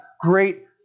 great